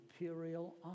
imperial